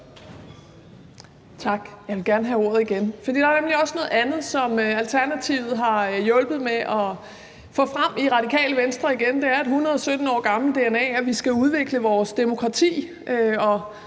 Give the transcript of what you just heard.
Tak. Jeg vil gerne have ordet igen, for der er nemlig også noget andet, som Alternativet har hjulpet med at få frem i Radikale Venstre igen. Det er et 117 år gammelt dna, at vi skal udvikle vores demokrati,